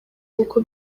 nkuko